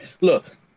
Look